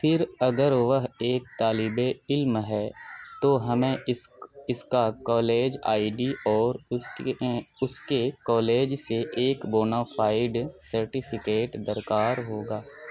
پھر اگر وہ ایک طالب علم ہے تو ہمیں اس اس کا کالج آئی ڈی اور اس کے اس کے کالج سے ایک بونافائیڈ سرٹیفکیٹ درکار ہوگا